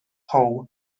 how